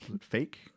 fake